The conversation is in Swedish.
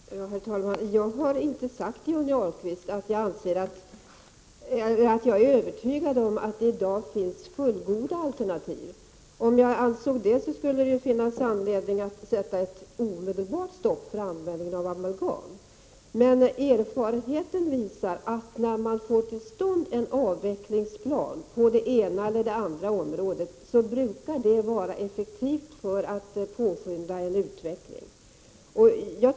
Herr talman! Jag har inte sagt till Johnny Ahlqvist att jag är övertygad om att det i dag finns fullgoda alternativ. Om jag ansåg det skulle det finnas anledning att sätta stopp omedelbart för användningen av amalgam. Erfarenheten visar dock att när man får till stånd en avvecklingsplan på det ena eller andra området, brukar det vara effektivt för att påskynda en utveckling.